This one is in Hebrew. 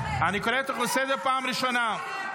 ב-7 באוקטובר הגיעו מחבלים.